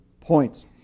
points